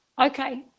okay